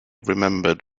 remembered